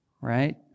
right